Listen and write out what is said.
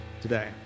today